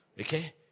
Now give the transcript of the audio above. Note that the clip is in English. Okay